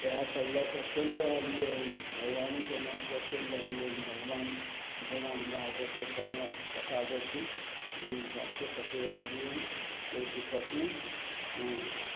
इएह सब लअके चलि रहलिये हन भगवानेके नाम पर चलि रहलिये हन भगबान जेना हमरा सबके समय कटा देथिन ओही हिसाबसँ काटि रहलियै हन कोइ दिक्कत नहि हँ